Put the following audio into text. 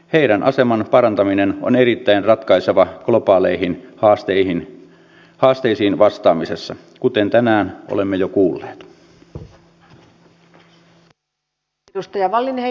heidän aseman parantaminen on erittäin ratkaiseva globaaleihin haasteisiin vastaamisessa kuten tänään olemme jo kuulleet